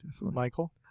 Michael